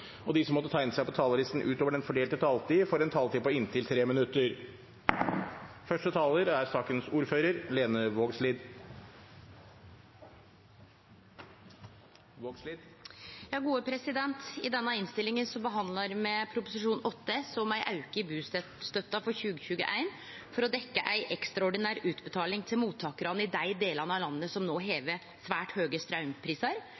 og de som måtte tegne seg på talerlisten utover den fordelte taletid, får en taletid på inntil 3 minutter. I denne innstillinga behandlar me Prop. 8 S for 2021–2022, om ein auke i bustøtta for 2021 for å dekkje ei ekstraordinær utbetaling til mottakarane i dei delane av landet som no har svært høge straumprisar,